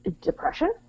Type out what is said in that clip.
depression